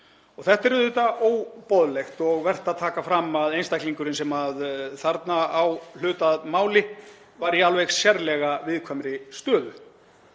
Þetta er auðvitað óboðlegt og vert að taka fram að einstaklingurinn sem þarna á hlut að máli var í alveg sérlega viðkvæmri stöðu.